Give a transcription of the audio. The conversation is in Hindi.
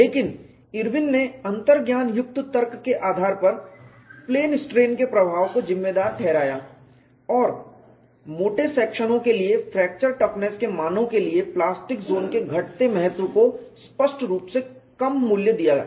लेकिन इरविन ने अंतर्ज्ञान युक्त तर्क के आधार पर प्लेन स्ट्रेन के प्रभाव को जिम्मेदार ठहराया और मोटे सेक्शनों के लिए फ्रैक्चर टफनेस के मानों के लिए प्लास्टिक जोन के घटते महत्व को स्पष्ट रूप से कम मूल्य दिया है